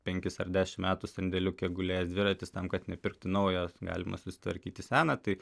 penkis ar dešimt metų sandėliuke gulėjęs dviratis tam kad nepirkti naujos galima susitvarkyti seną tai